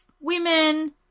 women